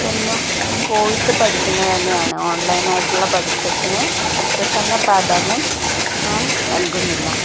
എന്നും പോയിട്ട് പഠിക്കുന്നത് തന്നെയാണ് ഓണ്ലൈനായിട്ടുള്ള പഠിത്തത്തിന് അത്രയും തന്നെ പ്രാധാന്യം ഞാന് നല്കുന്നില്ല